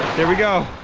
here we go.